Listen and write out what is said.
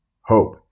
hope